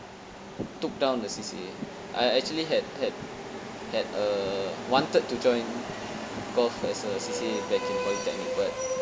took down the C_C_A I actually had had had uh wanted to join golf as a C_C_A back in polytechnic but